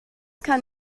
kann